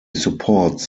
supports